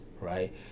right